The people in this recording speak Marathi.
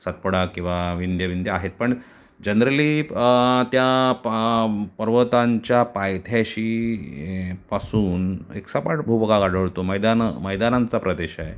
सातपुडा किंवा विंध्य विंध्य आहेत पण जनरली प् त्या प पर्वतांच्या पायथ्याशी पासून एक सपाट भूभाग आढळतो मैदानं मैदानांचा प्रदेश आहे